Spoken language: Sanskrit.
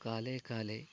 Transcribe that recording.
काले काले